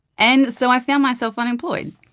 and so i found myself unemployed.